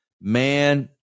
man